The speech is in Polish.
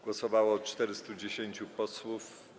Głosowało 410 posłów.